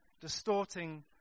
distorting